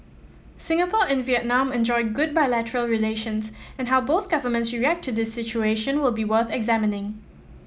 Singapore and Vietnam enjoy good bilateral relations and how both governments react to this situation will be worth examining